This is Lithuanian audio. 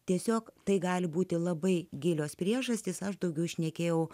tiesiog tai gali būti labai gilios priežastys aš daugiau šnekėjau